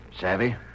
Savvy